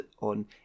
on